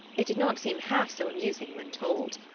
it did not seem half so amusing when told.